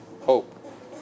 hope